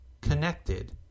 connected